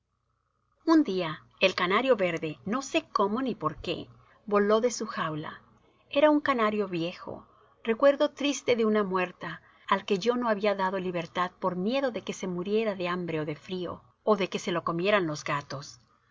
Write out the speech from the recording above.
un día el canario verde no sé cómo ni por qué voló de su jaula era un canario viejo recuerdo triste de una muerta al que yo no había dado libertad por miedo de que se muriera de hambre ó de frío ó de que se lo comieran los gatos